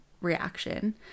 reaction